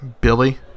Billy